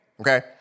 Okay